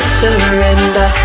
surrender